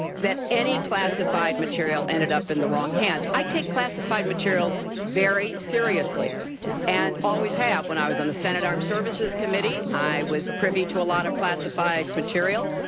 that any classified materials ended up in the wrong hands. i take classified materials very seriously and always have. when i was on the senate armed services committee, i was privy to a lot of classified material.